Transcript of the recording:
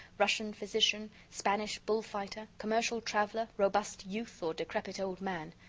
russian physician, spanish bull-fighter, commercial traveler, robust youth, or decrepit old man.